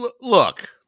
Look